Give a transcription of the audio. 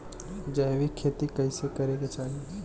जैविक खेती कइसे करे के चाही?